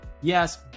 Yes